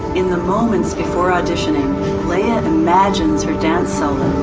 in the moments before auditioning leah imagines her dance solo,